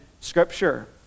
Scripture